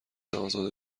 ازاده